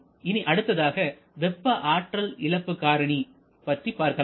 இனி அடுத்ததாக வெப்ப ஆற்றல் இழப்பு காரணி பற்றி பார்க்கலாம்